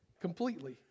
completely